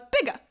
bigger